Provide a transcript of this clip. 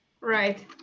Right